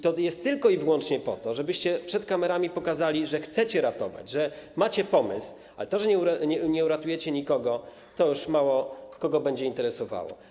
To jest tylko i wyłącznie po to, żebyście przed kamerami pokazali, że chcecie ratować, że macie pomysł, a to, że nie uratujecie nikogo, już mało kogo będzie interesowało.